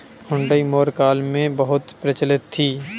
हुंडी मौर्य काल में बहुत प्रचलित थी